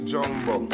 Jumbo